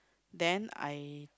then I